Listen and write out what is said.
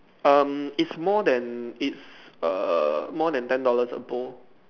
um it's more than it's err more than ten dollars a bowl